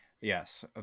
Yes